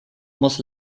muss